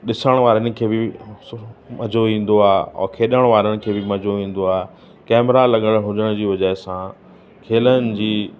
ॾिसण वारनि खे बि सु मज़ो ईंदो आहे और खेॾण वारनि खे बि मज़ो ईंदो आहे कैमरा लॻण हुजण जी वजह सां खेलण जी